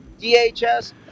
DHS